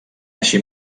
així